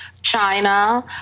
China